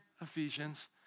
Ephesians